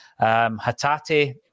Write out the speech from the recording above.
Hatate